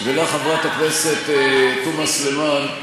חברת הכנסת תומא סלימאן,